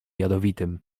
jadowitym